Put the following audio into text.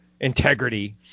integrity